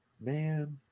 man